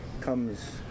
comes